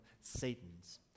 Satan's